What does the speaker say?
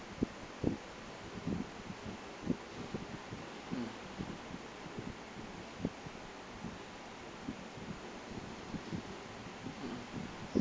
mm mmhmm